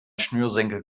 schnürsenkel